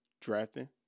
drafting